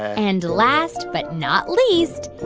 and last but not least,